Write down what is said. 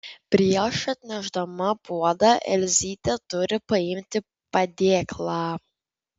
prieš atnešdama puodą elzytė turi paimti padėklą